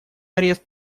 арест